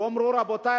יאמרו: רבותי,